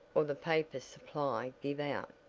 or the paper supply give out,